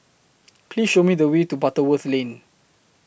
Please Show Me The Way to Butterworth Lane